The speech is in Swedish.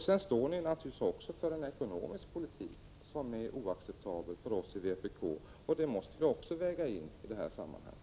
Dessutom står ni naturligtvis för en ekonomisk politik som är oacceptabel för oss i vpk. Det måste vi också väga in i sammanhanget.